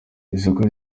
isoko